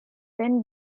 then